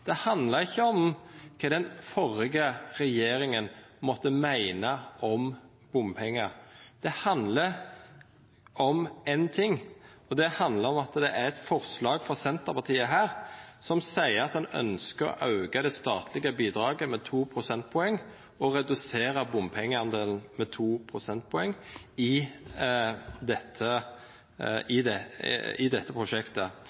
Det handlar ikkje om kva den førre regjeringa måtte meina om bompengar. Det handlar om éin ting: Det handlar om at det er eit forslag frå Senterpartiet her som ønskjer å auka det statlege bidraget med to prosentpoeng og redusera bompengedelen med to prosentpoeng i dette prosjektet.